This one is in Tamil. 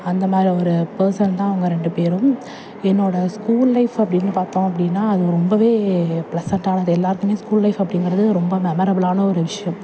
அந்த மாதிரி ஒரு பர்சன் தான் அவங்க ரெண்டு பேரும் என்னோட ஸ்கூல் லைஃப் அப்படின்னு பார்த்தோம் அப்படினா அது ரொம்பவே ப்ளெசென்டானது எல்லாருக்குமே ஸ்கூல் லைஃப் அப்படிங்கிறது ரொம்ப மெமரபுலான ஒரு விஷயம்